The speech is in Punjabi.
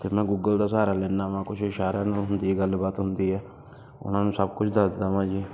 ਫਿਰ ਮੈਂ ਗੂਗਲ ਦਾ ਸਹਾਰਾ ਲੈਂਦਾ ਹਾਂ ਕੁਛ ਇਸ਼ਾਰਿਆਂ ਨਾਲ ਹੁੰਦੀ ਹੈ ਗੱਲਬਾਤ ਹੁੰਦੀ ਹੈ ਉਹਨਾਂ ਨੂੰ ਸਭ ਕੁੱਝ ਦੱਸਦਾ ਹਾਂ ਜੀ